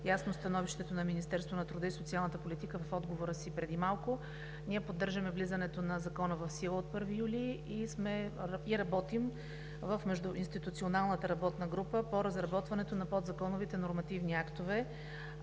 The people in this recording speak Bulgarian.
ясно становището на Министерството на труда и социалната политика в отговора си преди малко. Ние поддържаме влизането на Закона в сила от 1 юли и работим в междуинституционалната работна група по разработването на подзаконовите нормативни актове,